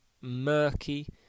murky